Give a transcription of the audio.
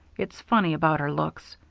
it's funny about her looks.